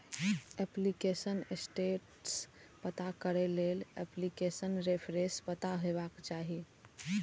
application status पता करै लेल एप्लीकेशन रेफरेंस पता हेबाक चाही